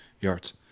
yards